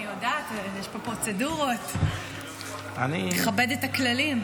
אני יודעת, יש פה פרוצדורות, אני מכבדת את הכללים.